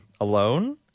alone